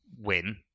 win